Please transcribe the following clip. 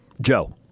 Joe